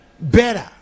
better